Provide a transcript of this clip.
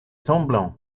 semblant